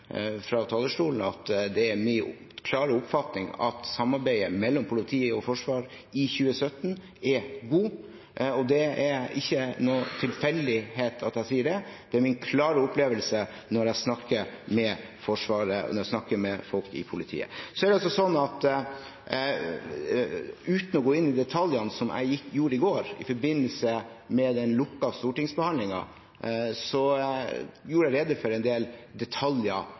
fra talerstolen gitt ganske tydelig uttrykk for at det er min klare oppfatning at samarbeidet mellom politi og forsvar i 2017 er godt. Det er ikke noen tilfeldighet at jeg sier det, det er min klare opplevelse når jeg snakker med Forsvaret, og når jeg snakker med folk i politiet. Uten å gå inn i detaljene, som jeg gjorde i går i forbindelse med den lukkede stortingsbehandlingen – det er en del detaljer